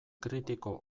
kritiko